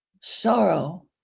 sorrow